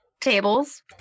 tables